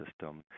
system